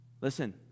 listen